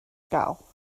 gael